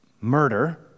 murder